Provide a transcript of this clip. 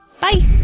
Bye